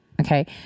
okay